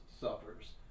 suffers